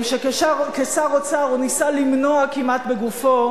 שכשר אוצר הוא ניסה למנוע כמעט בגופו,